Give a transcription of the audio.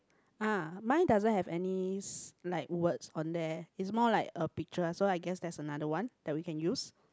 ah my doesn't have any s~ like words on there it's more like a picture so I guess that's another one that we can use